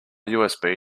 usb